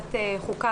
בוועדת החוקה